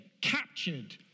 captured